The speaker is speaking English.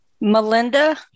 Melinda